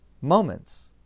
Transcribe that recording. moments